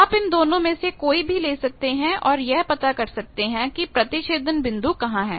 आप इन दोनों में से कोई भी ले सकते हैं और यह पता कर सकते हैं कि प्रतिच्छेदन बिंदु कहां है